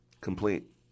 complete